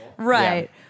Right